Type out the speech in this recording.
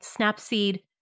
Snapseed